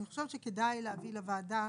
אני חושבת שכדאי להביא לוועדה